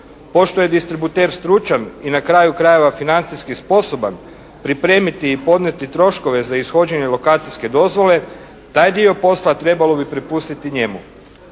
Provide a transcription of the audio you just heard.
Pošto je distributer stručan i na kraju krajeva financijski sposoban pripremiti i podnijeti troškove za ishođenje lokacijske dozvole taj dio posla trebalo bi prepustiti njemu.